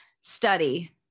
study